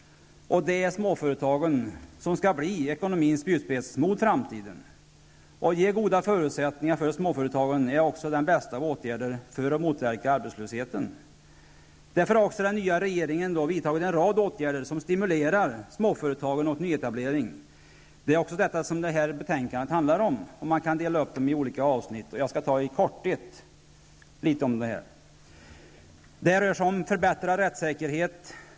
Det är småföretagen som skall bli ekonomins spjutspets mot framtiden. Att ge småföretagen goda förutsättningar är också den bästa åtgärden för att motverka arbetslösheten. Därför har också den nya regeringen vidtagit en rad åtgärder som stimulerar småföretagen och nyetableringen. Det är också det som detta betänkande handlar om. Man kan dela upp förslagen i olika avsnitt, som jag i korthet skall beröra.